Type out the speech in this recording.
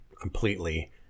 completely